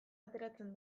ateratzen